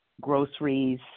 groceries